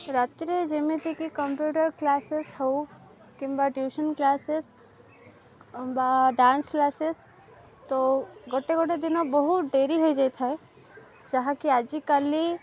ରାତିରେ ଯେମିତିକି computer classes ହଉ କିମ୍ବା ଟ୍ୟୁସନ୍ କ୍ଲାସେସ୍ ବା ଡାନ୍ସ କ୍ଲାସେସ୍ ତ ଗୋଟେ ଗୋଟେ ଦିନ ବହୁ ଡେରି ହେଇଯାଇଥାଏ ଯାହାକି ଆଜିକାଲି